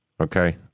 Okay